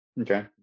okay